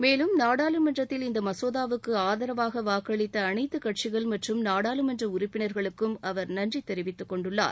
மேலும் நாடாளுமன்றத்தில் இந்தமசோதாவுக்குஆதரவாகவாக்களித்தஅனைத்துகட்சிகள் மற்றம் நாடாளுமன்றஉறுப்பினர்களுக்கும் அவர் நன்றிதெரிவித்துக் கொண்டுள்ளார்